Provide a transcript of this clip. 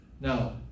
Now